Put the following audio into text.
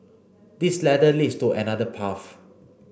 this ladder leads to another path